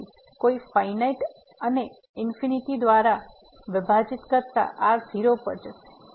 તેથી કંઈક ફાઈનાઈટ અને દ્વારા વિભાજીત કરતા આ 0 પર જશે